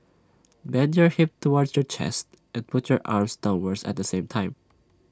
bend your hip towards your chest and pull your arms downwards at the same time